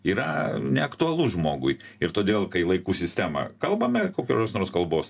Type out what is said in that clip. yra neaktualu žmogui ir todėl kai laikų sistemą kalbame kai kurios nors kalbos